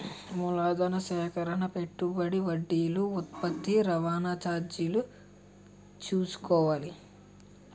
మూలధన సేకరణ పెట్టుబడి వడ్డీలు ఉత్పత్తి రవాణా చార్జీలు చూసుకోవాలి